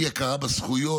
אי-הכרה בזכויות,